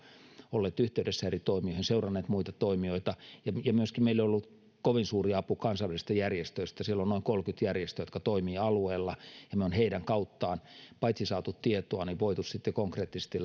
olleet yhteydessä eri toimijoihin ja seuranneet muita toimijoita myöskin meille on ollut kovin suuri apu kansainvälisistä järjestöistä siellä on noin kolmekymmentä järjestöä jotka toimivat alueella ja me olemme heidän kauttaan paitsi saaneet tietoa myös voineet konkreettisesti